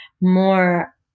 more